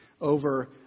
over